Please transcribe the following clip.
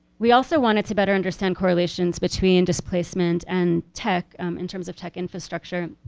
we also wanted to better understand correlations between displacement and tech um in terms of tech infrastructure.